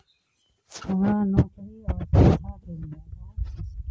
हमरा नौकरी आओर शिक्षाके लिए